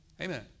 Amen